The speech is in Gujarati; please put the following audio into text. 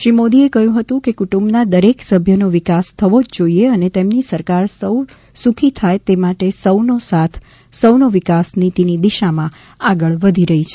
શ્રી મોદીએ કહ્યું હતું કે કુટુંબના દરેક સભ્યનો વિકાસ થવો જ જોઈએ અને તેમની સરકાર સૌ શુખી થાય તે માટે સૌ સાથ સૌનો વિકાસ નીતીની દિશામાં આગળ વધી રહી છે